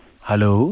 Hello